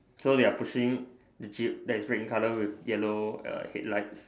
so they are pushing the jeep that is red in color with yellow err headlights